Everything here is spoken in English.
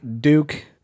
Duke